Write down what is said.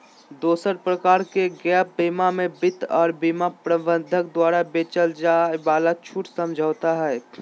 दोसर प्रकार के गैप बीमा मे वित्त आर बीमा प्रबंधक द्वारा बेचल जाय वाला छूट समझौता हय